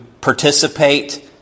participate